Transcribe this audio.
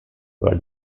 where